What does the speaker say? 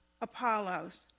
Apollos